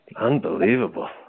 Unbelievable